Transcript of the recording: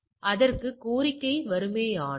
எனவே அதற்குள் கோரிக்கை வருமேயானால்